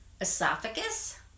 esophagus